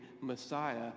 Messiah